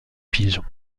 pigeons